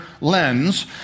lens